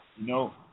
No